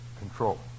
control